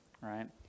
right